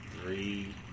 three